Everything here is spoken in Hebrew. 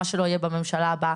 מה שלא יהיה בממשלה הבאה,